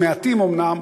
מעטים אומנם,